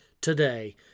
today